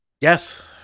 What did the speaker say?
Yes